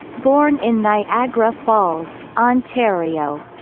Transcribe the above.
born in niagara falls, ontario.